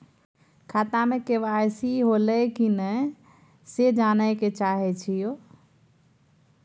खाता में के.वाई.सी होलै की नय से जानय के चाहेछि यो?